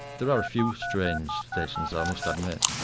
there are few strange stations i must admit,